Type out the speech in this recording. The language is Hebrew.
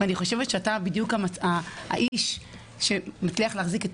אני חושבת שאתה בדיוק האיש שמצליח להחזיק את